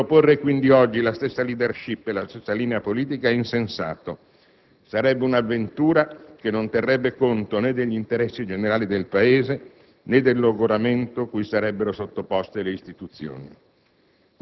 Riproporre, quindi, oggi la stessa *leadership* e la stessa linea politica è insensato: sarebbe un'avventura che non terrebbe conto né degli interessi generali del Paese né del logoramento cui sarebbero sottoposte le istituzioni».